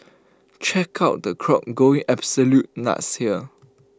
check out the crowd going absolutely nuts here